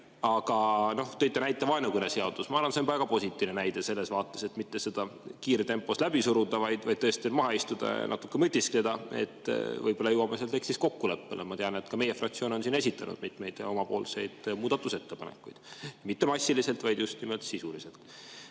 aga tõite näite vaenukõne seadusest. Ma arvan, et see on väga positiivne näide selles vaates, et mitte seda kiirtempos läbi suruda, vaid tõesti maha istuda ja natuke mõtiskleda, võib-olla jõuame selle tekstis kokkuleppele. Ma tean, et ka meie fraktsioon on esitanud mitmeid muudatusettepanekuid – mitte massiliselt, vaid just nimelt sisuliselt. Kas